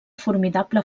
formidable